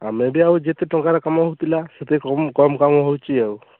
ଆମେ ବି ଆଉ ଯେତେ ଟଙ୍କା କମଉ ଥିଲା ସେତେ କମ୍ କମ୍ କମ୍ ହେଉଛି ଆଉ